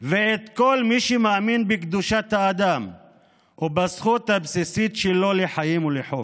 ואת כל מי שמאמין בקדושת האדם ובזכות הבסיסית שלו לחיים ולחופש.